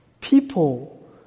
people